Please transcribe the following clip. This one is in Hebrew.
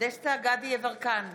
דסטה גדי יברקן,